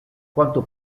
quanto